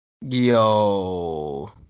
Yo